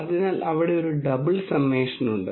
അതിനാൽ അവിടെ ഒരു ഡബിൾ സമ്മേഷൻ ഉണ്ട്